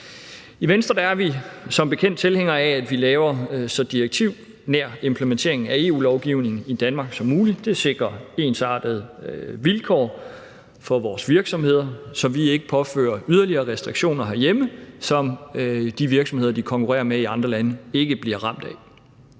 I Venstre er vi som bekendt tilhængere af, at vi laver en så direktivnær implementering af EU-lovgivning i Danmark som muligt. Det sikrer ensartede vilkår for vores virksomheder, så vi ikke påfører virksomhederne yderligere restriktioner herhjemme, som de virksomheder, de konkurrerer med i andre lande, ikke bliver ramt af.